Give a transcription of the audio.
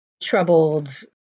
troubled